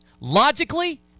Logically